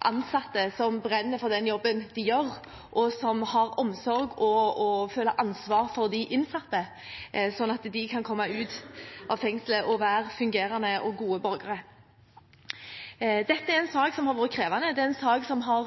ansatte som brenner for den jobben de gjør, og som har omsorg og føler ansvar for de innsatte, slik at de kan komme ut av fengslet og være fungerende og gode borgere. Dette er en sak som har vært krevende, og det er en sak som har